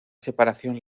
separación